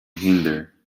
hinder